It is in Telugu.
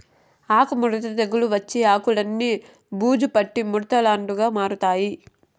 ఆకు ముడత తెగులు వచ్చి ఆకులన్ని బూజు పట్టి ముడతలుగా మారతాయి